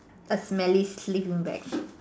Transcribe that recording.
a smelly sleeping bag